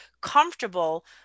comfortable